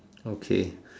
okay